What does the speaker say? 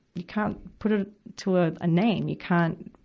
we can't put it to a ah name. we can't,